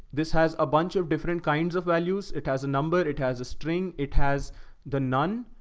this has a bunch of different kinds of values. it has a number, it has a string. it has the nun,